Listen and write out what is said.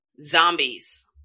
zombies